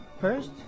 first